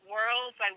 Worlds